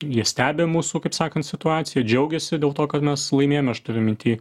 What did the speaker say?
jie stebi mūsų kaip sakant situaciją džiaugiasi dėl to kad mes laimėjom aš turiu minty